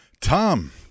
Tom